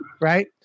right